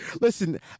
listen